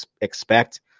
expect